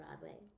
Broadway